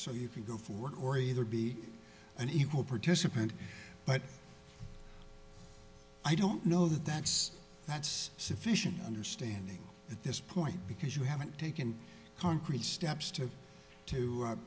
so you can go forward or either be an evil protests append but i don't know that that's that's sufficient understanding at this point because you haven't taken concrete steps to to